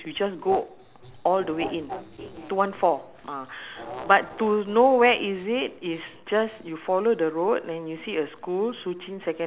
customers when they taste it they said yes it this taste ah has no difference between the chinese and the now the muslim one a'ah